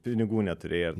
pinigų neturėjom